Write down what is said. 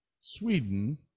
sweden